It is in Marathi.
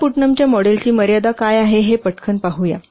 आता पुटनामच्या मॉडेलची मर्यादा काय आहे ते पटकन पाहू या